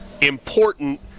important